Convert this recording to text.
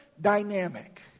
dynamic